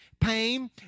pain